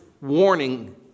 warning